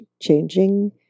changing